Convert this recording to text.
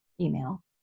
email